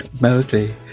Mostly